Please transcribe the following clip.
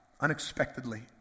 Unexpectedly